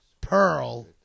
Pearl